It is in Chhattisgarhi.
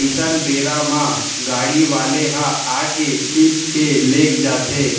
अइसन बेरा म गाड़ी वाले ह आके खींच के लेग जाथे